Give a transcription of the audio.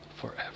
forever